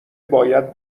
باید